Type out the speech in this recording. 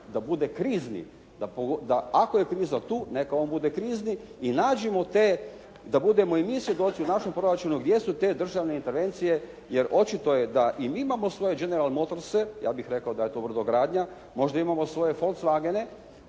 da bude krizni, da ako je kriza tu, neka on bude krizni. I nađimo te da i mi budemo svjedoci o našem proračunu gdje su te državne intervencije, jer očito je da i mi imamo svoje general motorse, ja bih rekao da je to brodogradnja, možda imamo svoje volkswagene,